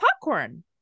popcorn